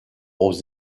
aux